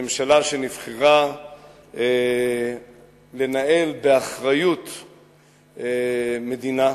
הממשלה שנבחרה לנהל באחריות מדינה,